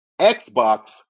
Xbox